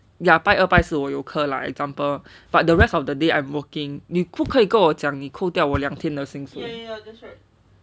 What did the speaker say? ya 拜二拜四我有课 lah example but the rest of the day I'm working 你不可以跟我讲你扣掉我两天的薪水